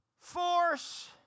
force